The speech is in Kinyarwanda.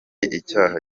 icyaha